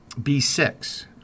B6